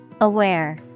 Aware